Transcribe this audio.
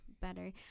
better